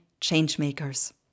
changemakers